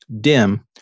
DIM